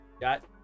Got